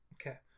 okay